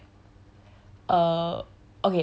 that I feel like